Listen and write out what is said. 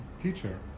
teacher